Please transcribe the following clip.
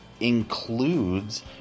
includes